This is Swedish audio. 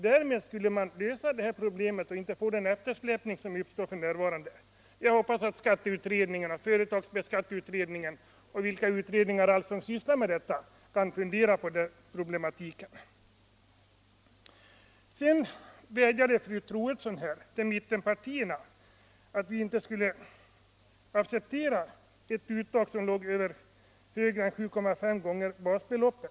Därmed skulle man lösa detta problem och inte få den eftersläpning som uppstår f.n. Jag hoppas att företagsskatteberedningen och de övriga utredningar som sysslar med detta skall fundera igenom den problematiken. Fru Troedsson vädjade till mittenpartierna att vi inte skulle acceptera ett uttag som låg högre än 7,5 gånger basbeloppet.